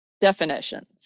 definitions